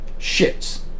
shits